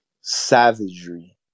savagery